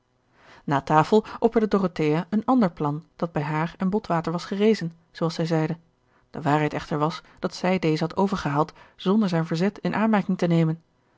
opperde dorothea een ander plan dat bij haar en botwater was gerezen zoo als zij zeide de waarheid gerard keller het testament van mevrouw de tonnette echter was dat zij dezen had overgehaald zonder zijn verzet in aanmerking te nemen